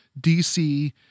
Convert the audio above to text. DC